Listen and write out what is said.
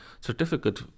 certificate